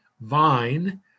vine